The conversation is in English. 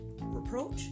reproach